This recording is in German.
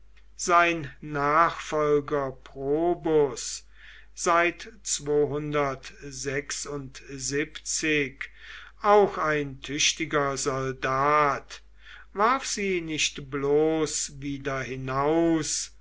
sein nachfolger probus seit auch ein tüchtiger soldat warf sie nicht bloß wieder hinaus